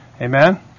Amen